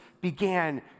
began